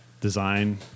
design